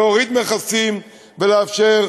להוריד מכסים ולאפשר,